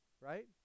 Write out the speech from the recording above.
right